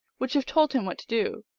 which have told him what to do.